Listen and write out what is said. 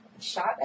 Shot